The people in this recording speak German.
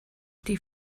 die